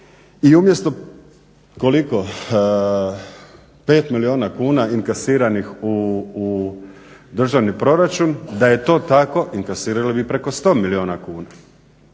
I umjesto koliko, 5 milijuna kuna inkasiranih u državni proračun, da je to tako inkasirali preko 100 milijuna kuna,